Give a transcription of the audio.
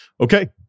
okay